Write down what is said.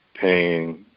paying